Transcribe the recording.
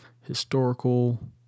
historical